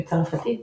בצרפתית,